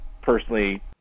personally